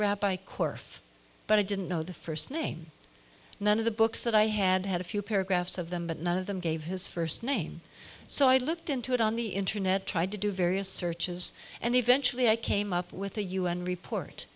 rabbi course but i didn't know the first name none of the books that i had had a few paragraphs of them but none of them gave his first name so i looked into it on the internet tried to do various searches and eventually i came up with a un report